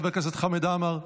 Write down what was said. חבר הכנסת חמד עמאר,